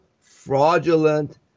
fraudulent